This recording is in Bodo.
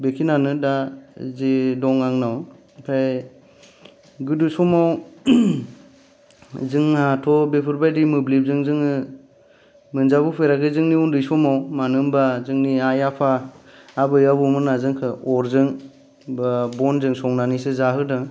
बिखिनिआनो दा जे दं आंनाव आमफ्राय गोदो समाव जोंहाथ' बेफोरबायदि मोब्लिबजों जोङो मोनजाबोफेराखै जोंनि उन्दै समाव मानो होनोब्ला जोंनि आइ आफा आबै आबौ मोनहा जोंखो अरजों बा बनजों संनानैसो जाहोदों